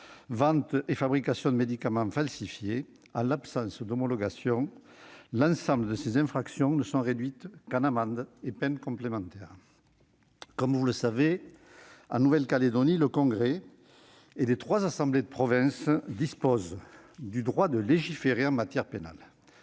vente et fabrication de médicaments falsifiés : en l'absence d'homologation, l'ensemble de ces infractions n'est puni que par des amendes et peines complémentaires. En Nouvelle-Calédonie, le Congrès et les trois assemblées de province disposent du droit de légiférer en matière pénale.